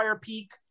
Peak